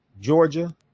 Georgia